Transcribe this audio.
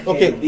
Okay